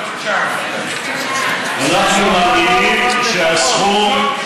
אנחנו מאמינים שהסכום,